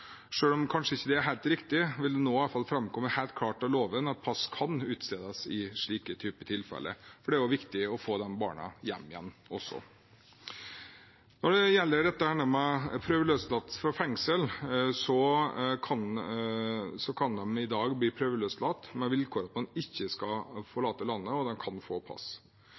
om det kanskje ikke er helt riktig, vil det nå i hvert fall framkomme helt klart av loven at pass kan utstedes i slike tilfeller. Det er jo viktig å få de barna hjem igjen også. Når det gjelder dette med prøveløslatelse fra fengsel, kan man i dag bli prøveløslatt med vilkår om at man ikke skal forlate landet, og man kan få pass.